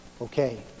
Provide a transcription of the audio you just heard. Okay